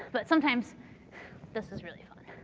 but sometimes this is really fun.